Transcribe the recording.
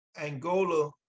Angola